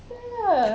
!siala!